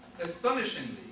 Astonishingly